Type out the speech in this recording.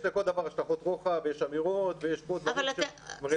יש לכל דבר השלכות רוחב ויש אמירות ויש פה דברים שרלוונטיים.